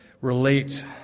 relate